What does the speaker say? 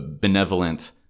benevolent